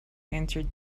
answered